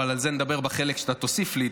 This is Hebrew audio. על זה נדבר בחלק שתוסיף לי,